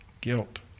guilt